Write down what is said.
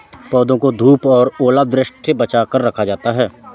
पौधों को धूप और ओलावृष्टि से बचा कर रखा जाता है